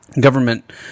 government